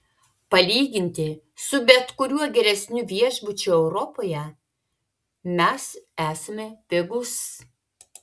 palyginti su bet kuriuo geresniu viešbučiu europoje mes esame pigūs